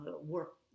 work